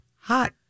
hot